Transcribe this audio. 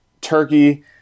turkey